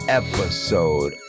episode